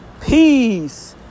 Peace